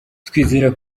twizera